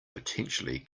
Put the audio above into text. potentially